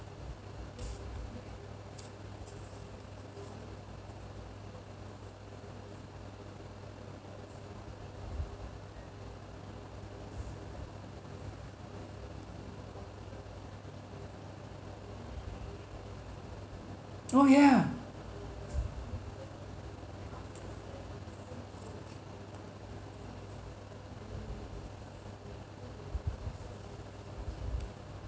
oh yeah